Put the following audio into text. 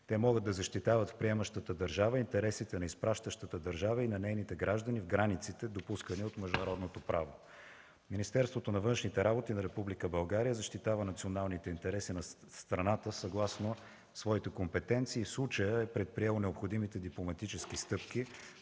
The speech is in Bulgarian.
Те могат да защитават в приемащата държава интересите на приемащата държава и на нейните граждани в границите, допускани от международното право. Министерството на външните работи на Република България защитава националните интереси на страната съгласно своите компетенции и в случая е предприело необходимите дипломатически стъпки